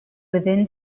within